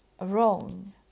wrong